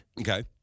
Okay